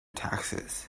taxes